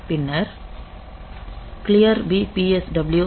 பின்னர் clearB PSW 0